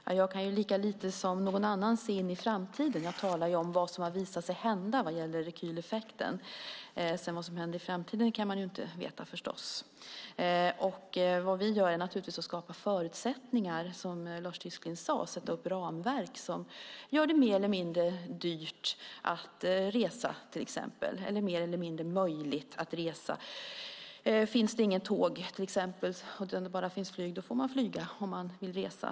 Fru talman! Jag kan lika lite som någon annan se in i framtiden. Jag talar om vad som har visat sig hända när det gäller rekyleffekten. Vad som händer i framtiden kan man förstås inte veta. Vad vi gör är naturligtvis att skapa förutsättningar, som Lars Tysklind sade, och sätta upp ramverk som gör det mer eller mindre dyrt att resa till exempel eller mer eller mindre möjligt att resa. Finns det inga tåg utan bara flyg, då får man flyga om man vill resa.